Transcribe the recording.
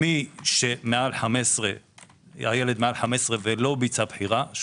מי שהילד מעל 15 ולא ביצע בחירה,